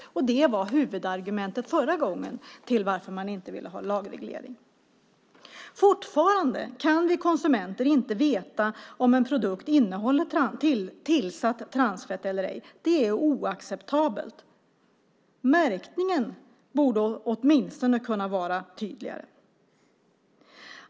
Förra gången var det huvudargumentet för att man inte ville ha en lagreglering. Vi konsumenter kan fortfarande inte veta om en produkt innehåller tillsatt transfett eller ej. Det är oacceptabelt. Märkningen borde åtminstone kunna vara tydligare.